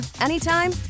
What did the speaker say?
anytime